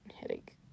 headache